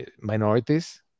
minorities